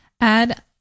add